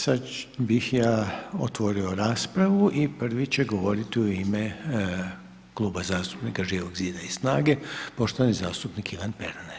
Sada bih ja otvorio raspravu i prvi će govoriti u ime Kluba zastupnika Živog zida i snage poštovani zastupnik Ivan Pernar.